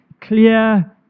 clear